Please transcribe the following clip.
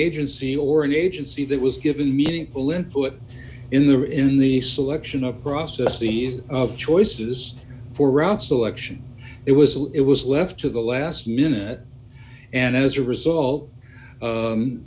agency or an agency that was given meaningful input in the or in the selection of process the ease of choices for route selection it was it was left to the last minute and as a result